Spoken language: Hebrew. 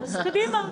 אז קדימה.